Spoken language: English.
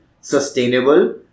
sustainable